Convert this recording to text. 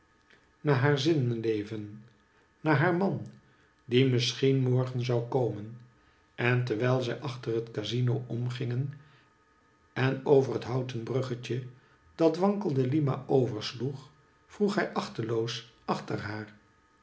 naar haar zinneleven naar haar man die misschien morgcn zou komen en terwijl zij achter het casino om gingen en over het houten bruggetje dat wankel de lima oversloeg vroeg hij achteloos achter haar